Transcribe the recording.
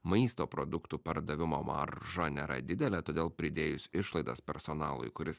maisto produktų pardavimo marža nėra didelė todėl pridėjus išlaidas personalui kuris